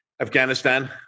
Afghanistan